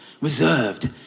reserved